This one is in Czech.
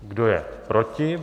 Kdo je proti?